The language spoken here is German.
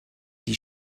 die